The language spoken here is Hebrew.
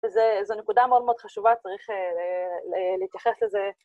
וזו נקודה מאוד מאוד חשובה, צריך להתייחס לזה.